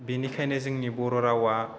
बेनिखायनो जोंनि बर' रावा